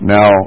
Now